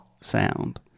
sound